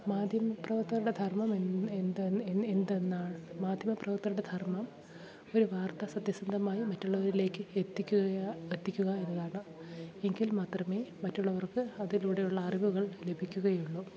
മാധ്യമപ്രവർത്തകരുടെ ധർമം എന്ത് എന്തെന്നാണ് മാധ്യമപ്രവർത്തകരുടെ ധർമ്മം ഒരു വാർത്ത സത്യസന്ധമായി മറ്റുള്ളവരിലേക്ക് എത്തിക്കുക എത്തിക്കുക എന്നതാണ് എങ്കിൽ മാത്രമേ മറ്റുള്ളവർക്ക് അതിലൂടെയുള്ള അറിവുകൾ ലഭിക്കുകയുള്ളു